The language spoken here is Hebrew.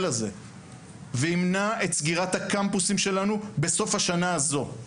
הזה וימנע את סגירת הקמפוסים שלנו בסוף השנה הזו.